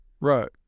Right